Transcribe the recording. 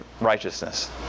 righteousness